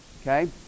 Okay